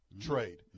trade